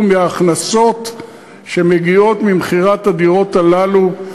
מההכנסות שמגיעות ממכירת הדירות הללו,